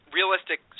realistic